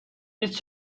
نیست